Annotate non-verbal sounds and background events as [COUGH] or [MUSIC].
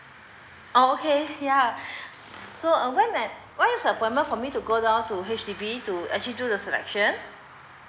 oh okay yeah [BREATH] so uh when I when is the appointment for me to go down to H_D_B to actually do the selection